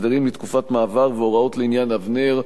הסדרים לתקופת מעבר והוראות לעניין "אבנר"),